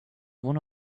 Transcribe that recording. one